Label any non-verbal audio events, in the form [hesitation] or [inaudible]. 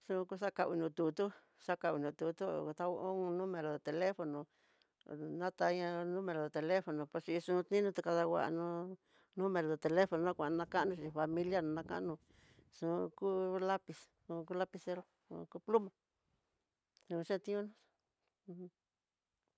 Xuku akano no tutu, xaka no tutu un n [hesitation] ero de telefono, nataya n [hesitation] ero de telefono, pues si xun tino ta kadanguano n [hesitation] ero de telefono nakana kuanoxhi familia nakano, un ku lapiz xukun lapizero xuku pl [hesitation] a nuxhian tioné ujun.